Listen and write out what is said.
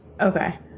Okay